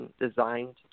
designed